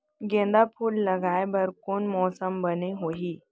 गेंदा फूल लगाए बर कोन मौसम बने होही?